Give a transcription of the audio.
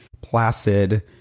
placid